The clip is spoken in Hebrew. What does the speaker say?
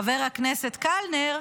חבר הכנסת קלנר,